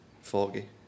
foggy